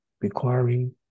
requiring